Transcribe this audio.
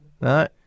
No